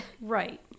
right